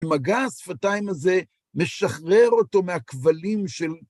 מגע השפתיים הזה משחרר אותו מהכבלים של...